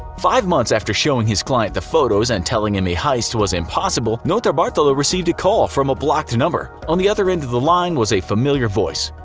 five months after showing his client the photos and telling him a heist was impossible, notarbartolo received a call from a blocked number. on the other end of the line was a familiar voice.